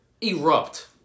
erupt